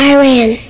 Iran